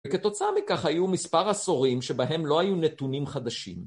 וכתוצאה מכך היו מספר עשורים שבהם לא היו נתונים חדשים.